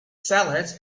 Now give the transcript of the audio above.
salads